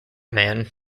man